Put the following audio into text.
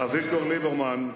אביגדור ליברמן,